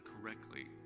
correctly